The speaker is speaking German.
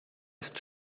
ist